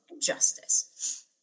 justice